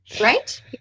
Right